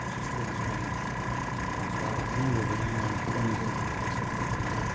ꯁꯤꯁꯇꯦꯝꯁꯦ ꯌꯥꯝꯅ ꯑꯣꯏꯕꯅꯤꯅ ꯌꯥꯝ ꯐꯠꯂꯝꯗꯦ ꯑꯗꯨꯕꯨ ꯍꯧꯖꯤꯛ ꯃꯇꯝꯗ